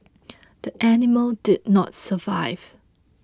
the animal did not survive